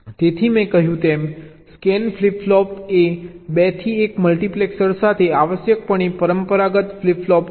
તેથી મેં કહ્યું તેમ સ્કેન ફ્લિપ ફ્લોપ એ 2 થી 1 મલ્ટિપ્લેક્સર સાથે આવશ્યકપણે પરંપરાગત ફ્લિપ ફ્લોપ છે